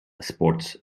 sports